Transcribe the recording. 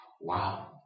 Wow